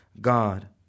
God